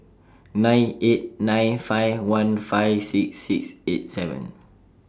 nine eight nine five one five six six eight seven